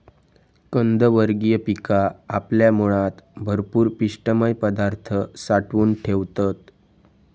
कंदवर्गीय पिका आपल्या मुळात भरपूर पिष्टमय पदार्थ साठवून ठेवतत